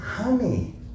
honey